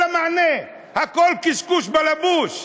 אין לה מענה, הכול קשקוש בלבוש.